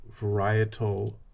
varietal